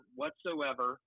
whatsoever